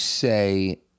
Say